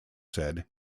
said